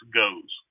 goes